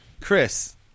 Chris